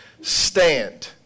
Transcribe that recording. stand